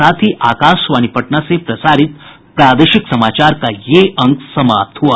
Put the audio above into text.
इसके साथ ही आकाशवाणी पटना से प्रसारित प्रादेशिक समाचार का ये अंक समाप्त हुआ